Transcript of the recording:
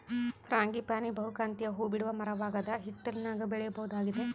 frangipani ಬಹುಕಾಂತೀಯ ಹೂಬಿಡುವ ಮರವಾಗದ ಹಿತ್ತಲಿನಾಗ ಬೆಳೆಯಬಹುದಾಗಿದೆ